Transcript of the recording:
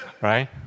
right